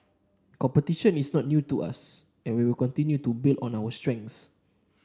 competition is not new to us and we will continue to build on our strengths